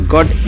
God